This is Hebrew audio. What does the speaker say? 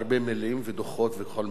הרבה מלים ודוחות וכל מיני,